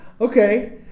Okay